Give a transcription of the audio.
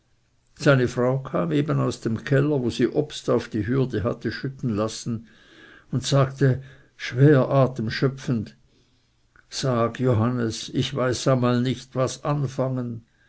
seine frau kam eben aus dem keller wo sie obst auf die hürde hatte schütten lassen und sagte schwer atem schöpfend sag johannes ich weiß einmal nicht was anfangen